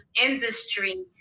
industry